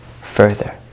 further